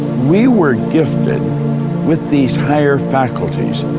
we were gifted with these higher faculties.